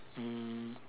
um